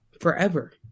Forever